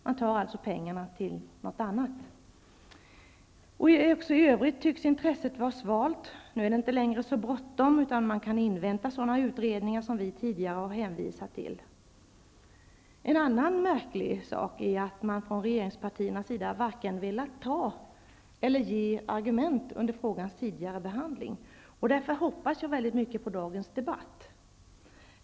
Man tar alltså pengarna till något annat. Även i övrigt tycks intresset vara svalt. Nu är det inte längre så bråttom, utan man kan invänta sådana utredningar som vi tidigare har hänvisat till. En annan märklig sak är att man från regeringspartiernas sida velat varken ta eller ge argument under frågans tidigare behandling. Därför hoppas jag väldigt mycket på dagens debatt.